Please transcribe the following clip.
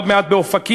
עוד מעט באופקים,